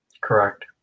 Correct